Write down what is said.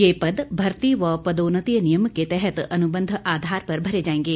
ये पद भर्ती व पदोन्नति नियम के तहत अनुबंध आधार पर भरे जाएंगे